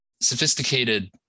sophisticated